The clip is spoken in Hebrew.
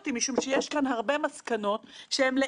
היא הייתה ועדת חקירה מאוד מאוד אפקטיבית.